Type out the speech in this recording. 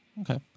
Okay